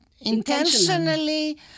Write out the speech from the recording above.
Intentionally